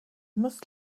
must